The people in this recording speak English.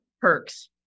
perks